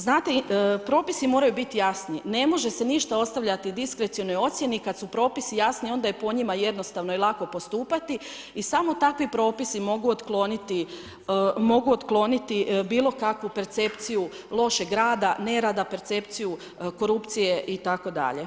Znate, propisi moraju biti jasni, ne može se ništa ostavljati diskrecionalnoj ocjeni, kada su propisi jasni, onda je po njima jednostavno i lako postupati i samo takvi propisi mogu otkloniti bilo kakvu percepciju lošeg rada, nerada, percepciju korupcije itd.